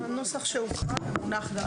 הנוסח שהוקרא ומונח גם לפנינו.